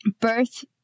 birth